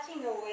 Away